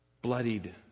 bloodied